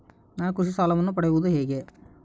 ನಾನು ಕೃಷಿ ಸಾಲವನ್ನು ಪಡೆಯೋದು ಹೇಗೆ?